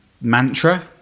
mantra